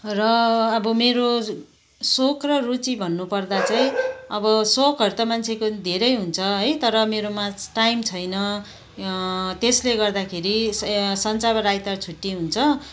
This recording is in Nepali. र अब मेरो सोख र रुचि भन्नु पर्दा चाहिँ अब सोखहरू त मान्छेको धेरै हुन्छ है तर मेरोमा टाइम छैन त्यसले गर्दाखेरि ए सन् शनिबार र आइतबार छुट्टी हुन्छ